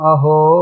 Aho